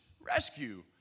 rescue